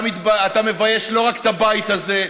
אתה מבייש לא רק את הבית הזה,